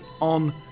on